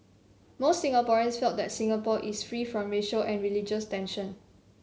most Singaporeans felt that Singapore is free from racial and religious tension